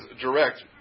direct